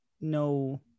no